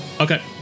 Okay